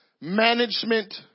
management